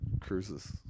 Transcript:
cruises